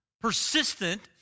persistent